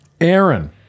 Aaron